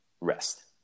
rest